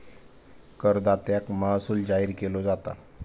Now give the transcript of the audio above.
करदात्याक महसूल जाहीर केलो जाता